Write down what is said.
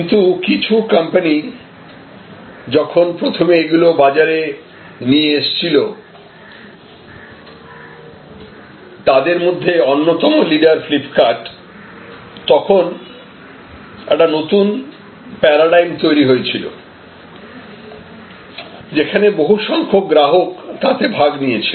কিন্তু কিছু কোম্পানি যখন প্রথমে এগুলো বাজারে নিয়ে এসেছিল তাদের মধ্যে অন্যতম লিডার ফ্লিপকার্ট তখন একটা নতুন প্যারাডাইম তৈরি হয়েছিল যেখানে বহুসংখ্যক গ্রাহক তাতে ভাগ নিয়েছিল